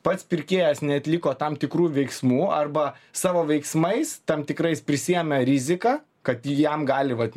pats pirkėjas neatliko tam tikrų veiksmų arba savo veiksmais tam tikrais prisiėmė riziką kad jam gali vat